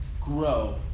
grow